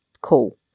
cool